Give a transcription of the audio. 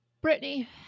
Brittany